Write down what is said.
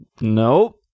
Nope